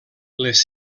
les